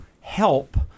help